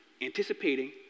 anticipating